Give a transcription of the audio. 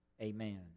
amen